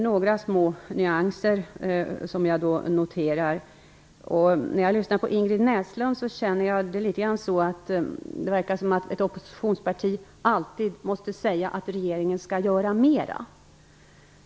Jag noterade några små nyanser. När jag lyssnade till Ingrid Näslund fick jag känslan av att det verkar som om ett oppositionsparti alltid måste säga att regeringen skall göra mera.